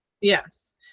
Yes